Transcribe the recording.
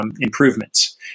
improvements